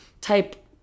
type